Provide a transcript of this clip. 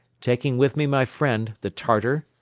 taking with me my friend, the tartar,